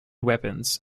weapons